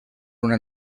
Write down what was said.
una